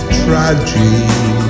tragedy